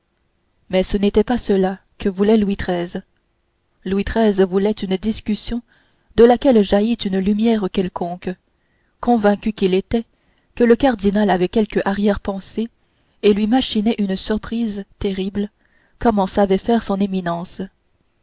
mais ce n'était pas cela que voulait louis xiii louis xiii voulait une discussion de laquelle jaillît une lumière quelconque convaincu qu'il était que le cardinal avait quelque arrière-pensée et lui machinait une surprise terrible comme en savait faire son éminence